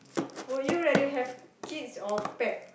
for you rather have kids or pet